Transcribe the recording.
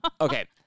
Okay